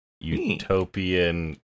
Utopian